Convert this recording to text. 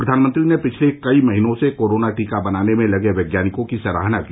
प्रधानमंत्री ने पिछले कई महीनों से कोरोना टीका बनाने में लगे वैज्ञानिकों की सराहना की